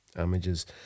images